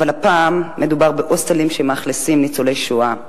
אבל הפעם מדובר בהוסטלים שמאכלסים ניצולי שואה.